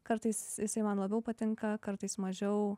kartais jisai man labiau patinka kartais mažiau